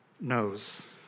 knows